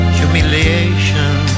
humiliation